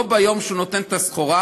לא ביום שהוא נותן את הסחורה,